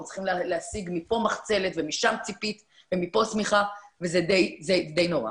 הם צריכים להשיג מפה מחצלת ומשם ציפית ומפה שמיכה וזה די נורא.